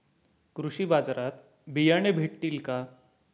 कृषी बाजारात बियाणे भेटतील का?